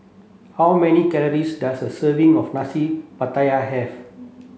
how many calories does a serving of Nasi Pattaya have